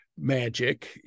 magic